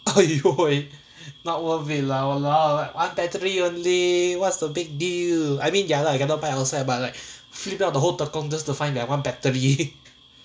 !aiyo! not worth it lah !walao! ah battery only what's the big deal I mean ya lah you cannot buy outside but like not the whole tekong just to find that one battery